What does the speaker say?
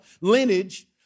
lineage